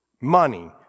money